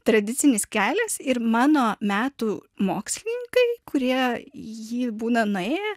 tradicinis kelias ir mano metų mokslininkai kurie būna nuėję